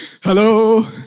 Hello